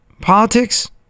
Politics